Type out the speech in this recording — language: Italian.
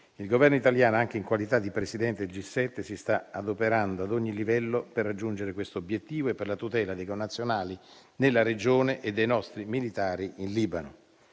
Il Governo italiano, anche in qualità di Presidente del G7, si sta adoperando ad ogni livello per raggiungere questo obiettivo e per la tutela dei connazionali nella regione e dei nostri militari in Libano.